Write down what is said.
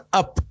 up